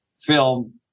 film